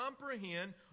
comprehend